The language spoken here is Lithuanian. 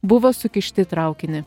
buvo sukišti į traukinį